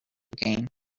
game